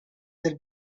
del